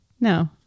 No